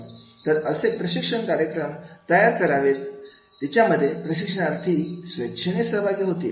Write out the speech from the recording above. तर असे प्रशिक्षण कार्यक्रम तयार करावेत तिच्यामध्ये प्रशिक्षणार्थी स्वेच्छेने सहभागी होतील